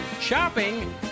shopping